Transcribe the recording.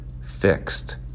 fixed